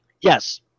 yes